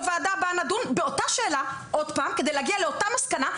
בוועדה נדון באותה שאלה עוד פעם כדי להגיע לאותה מסקנה.